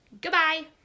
Goodbye